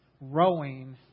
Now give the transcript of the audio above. rowing